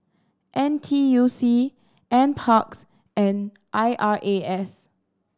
N T U C Nparks and I R A S